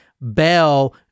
bell